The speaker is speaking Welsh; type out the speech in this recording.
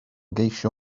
geisio